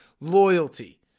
loyalty